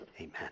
Amen